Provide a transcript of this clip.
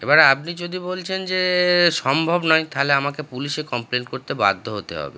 এবারে আপনি যদি বলছেন যে সম্ভব নয় থালে আমাকে পুলিশে কমপ্লেন করতে বাধ্য হতে হবে